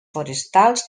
forestals